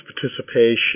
participation